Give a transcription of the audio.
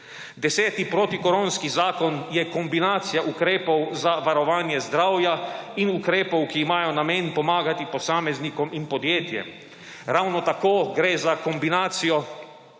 Deseti protikoronski zakon je kombinacija ukrepov za varovanje zdravja in ukrepov, ki imajo namen pomagati posameznikom in podjetjem. Ravno tako gre za kombinacijo